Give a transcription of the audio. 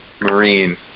Marine